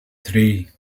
three